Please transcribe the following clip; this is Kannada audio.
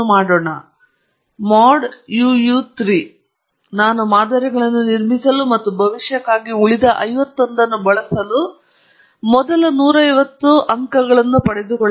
ಮತ್ತು ನಾನು ಏನು ಮಾಡಲಿದ್ದೇನೆ ನಾನು ಮಾದರಿಗಳನ್ನು ನಿರ್ಮಿಸಲು ಮತ್ತು ಭವಿಷ್ಯಕ್ಕಾಗಿ ಉಳಿದ ಐವತ್ತೊಂದುದನ್ನು ಬಳಸಲು ಮೊದಲ ನೂರ ಐವತ್ತು ಅಂಕಗಳನ್ನು ಪಡೆದುಕೊಳ್ಳಲಿದ್ದೇನೆ